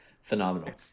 Phenomenal